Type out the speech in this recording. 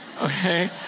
Okay